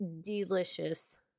delicious